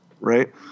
right